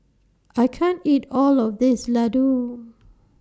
I can't eat All of This Ladoo